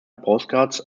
postcards